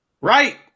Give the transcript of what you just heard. Right